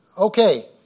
Okay